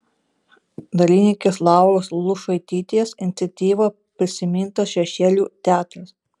dailininkės lauros luišaitytės iniciatyva prisimintas šešėlių teatras